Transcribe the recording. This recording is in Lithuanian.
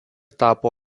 tapo